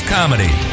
Comedy